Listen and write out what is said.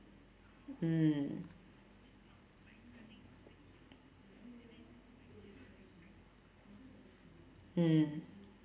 mm mm